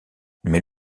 mais